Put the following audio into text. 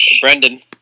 Brendan